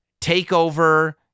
takeover